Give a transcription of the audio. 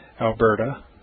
Alberta